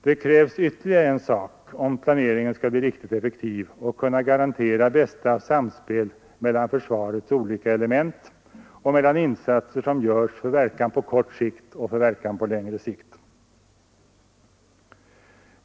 Det krävs ytterligare en sak om planeringen skall bli riktigt effektiv och kunna garantera bästa samspel mellan försvarets olika element och mellan insatser som görs för verkan på kort sikt och för verkan på längre sikt.